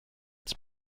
its